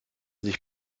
sich